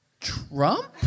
Trump